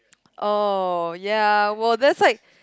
oh ya well that's like